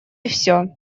все